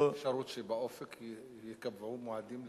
לא, יש אפשרות שבאופק ייקבעו מועדים, ?